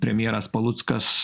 premjeras paluckas